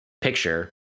picture